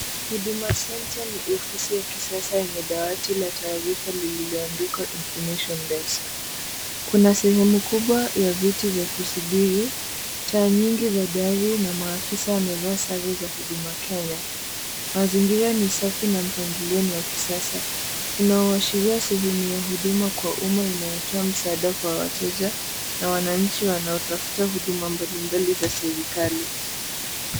Huduma center , ni ofisi ya kisasa yenye dawati la taarifa lililo andikwa information desk . Kuna sehemu kubwa ya viti vya kusubiri. Gari nyingi ya fahari na maafisa wamevaa sare za huduma Kenya. Mazingira ni safi na mpangilio ni wa kisasa, unaoashiria sehemu ya huduma kwa umma inayotoa msaada kwa wateja na wanainchi wanao tafuta huduma mbalimbali za serikali.